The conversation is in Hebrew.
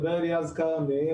מדבר אליעז קרני,